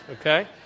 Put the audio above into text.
Okay